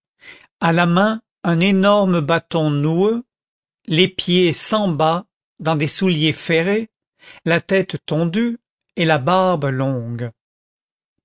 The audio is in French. à la main un énorme bâton noueux les pieds sans bas dans des souliers ferrés la tête tondue et la barbe longue